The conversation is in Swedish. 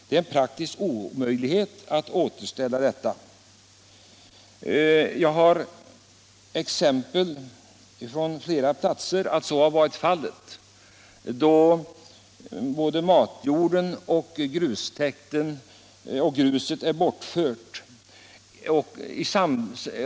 Det är en praktisk omöjlighet att återställa det. Jag vet flera platser där så har varit fallet. Både matjorden och gruset hade bortförts.